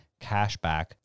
Cashback